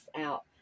out